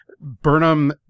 Burnham